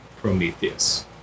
Prometheus